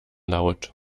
laut